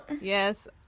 Yes